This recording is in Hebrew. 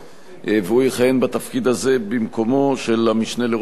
והוא יכהן בתפקיד הזה במקומו של המשנה לראש הממשלה,